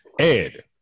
Ed